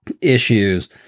issues